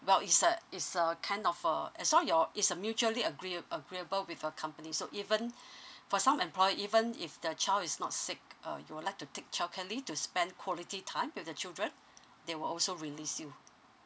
well is a is a kind of uh as long your is a mutually agree agreeable with your company so even for some employer even if the child is not sick uh you'd like to take childcare leave to spend quality time with the children they will also release you